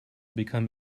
become